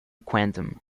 quantum